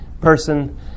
person